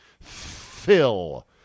Phil